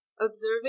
observing